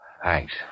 Thanks